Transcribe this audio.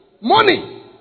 Money